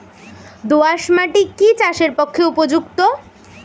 দোআঁশ মাটি কি চাষের পক্ষে উপযুক্ত?